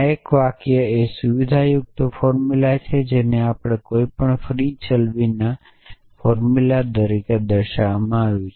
એક વાક્ય એ એક સુવિધાયુક્ત ફોર્મ્યુલા છે જેને આપણે કોઈ પણ ફ્રી ચલો વિના ફોર્મુલા છે